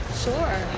Sure